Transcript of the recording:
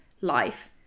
life